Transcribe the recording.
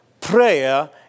Prayer